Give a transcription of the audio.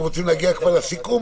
הרציונל